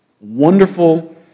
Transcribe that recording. wonderful